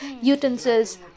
utensils